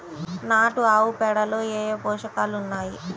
నాటు ఆవుపేడలో ఏ ఏ పోషకాలు ఉన్నాయి?